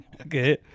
Okay